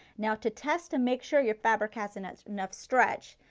now to test and make sure your fabric has enough enough stretch,